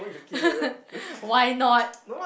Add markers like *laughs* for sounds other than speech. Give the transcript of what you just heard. *laughs* why not